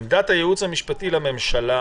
עמדת הייעוץ המשפטי לממשלה